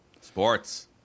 Sports